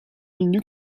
linux